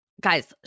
guys